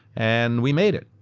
and we made it.